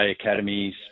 academies